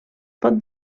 pot